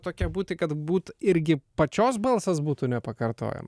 tokia būti kad būt irgi pačios balsas būtų nepakartojama